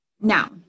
Now